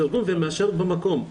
תרגום ומאשרת במקום.